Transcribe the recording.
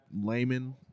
layman